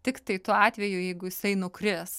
tiktai tuo atveju jeigu jisai nukris